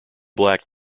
black